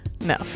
No